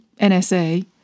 NSA